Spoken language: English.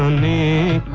um name